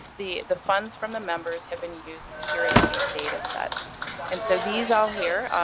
the the funds from the members have been used to curate these data sets and so these all here,